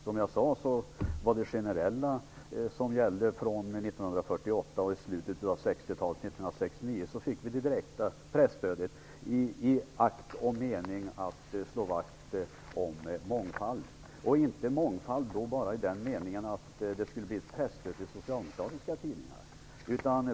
Som jag sade gällde det generella presstödet från 1948 till slutet av 60-talet. 1969 fick vi det direkta presstödet. Det tillkom i akt och mening att slå vakt om mångfalden, och då inte bara i den meningen att det skulle bli ett presstöd till socialdemokratiska tidningar.